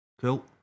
Cool